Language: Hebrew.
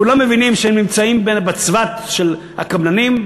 כולם מבינים שהם נמצאים בצבת של הקבלנים.